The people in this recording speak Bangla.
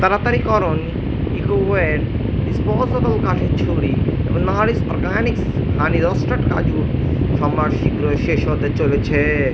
তাড়াতাড়ি করুন ইকোওয়্যার ডিস্পোজেবল কাঠের ছুরি এবং নারিশ অরগ্যানিক্স হানি রোস্টেড কাজুর সম্ভার শীঘ্রই শেষ হতে চলেছে